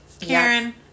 Karen